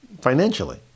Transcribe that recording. financially